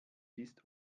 ist